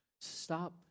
Stop